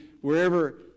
wherever